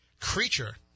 creature